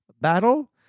battle